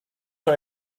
are